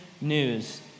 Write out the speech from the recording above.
news